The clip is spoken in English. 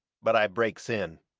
but i breaks in.